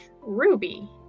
Ruby